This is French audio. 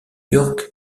york